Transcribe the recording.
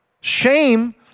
Shame